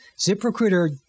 ZipRecruiter